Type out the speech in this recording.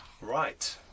Right